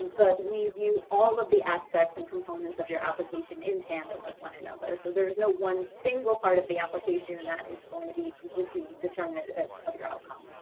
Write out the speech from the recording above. but we view all of the aspects and components of your application in tandem with one another. so there was no one single part of the application that is going to be completely determinative of of your outcome.